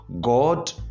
God